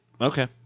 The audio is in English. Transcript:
Okay